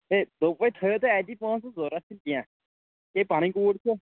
ہے دوٚپَے تھٲیِو تُہۍ اَتی پونٛسہٕ ضوٚرَتھ چھُنہٕ کیٚنٛہہ یے پَنٕنۍ کوٗر چھِ